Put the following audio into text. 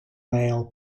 male